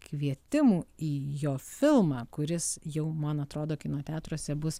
kvietimų į jo filmą kuris jau man atrodo kino teatruose bus